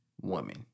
woman